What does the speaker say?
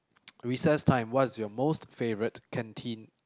recess time what is your most favourite canteen